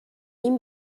این